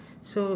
so